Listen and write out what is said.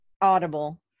audible